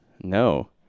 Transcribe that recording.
No